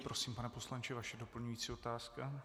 Prosím, pane poslanče, vaše doplňující otázka.